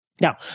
Now